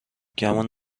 گمون